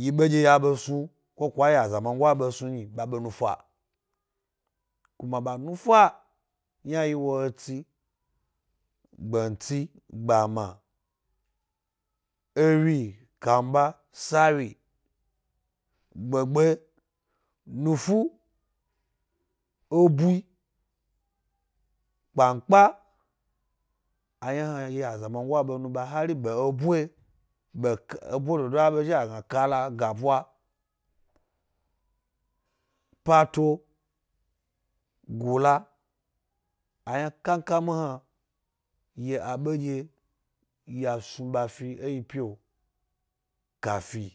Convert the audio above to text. Yibe nɗye yaɓe snu ko kway a zamango aɓe snu ko kway a zamango aɓe snu nyi, ɓa ɓe nu fa, kuma ɓa nu fa, yna ayi wo etsi gbontsi, gbanma, ewyi, kamba, sawyi gbegbe’a nufu, ebu, kpankpa. Ayna hna ya zamango ɓe nu ɓa hari ɓe ebo ebo dodo aɓe zhi gna kala, gaɓwa, pato, gula ayna kankari hna yi abe dye ya snu ɓafi e yi pio kafin.